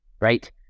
right